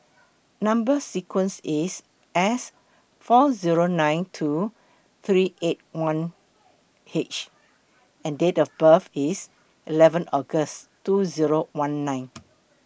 Number sequence IS S four Zero nine two three eight one H and Date of birth IS eleven August two Zero one nine